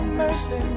mercy